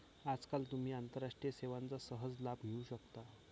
आजकाल तुम्ही आंतरराष्ट्रीय सेवांचा सहज लाभ घेऊ शकता